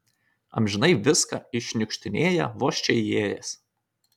amžinai viską iššniukštinėja vos čia įėjęs